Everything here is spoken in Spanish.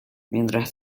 mientras